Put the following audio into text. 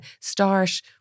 start